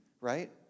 right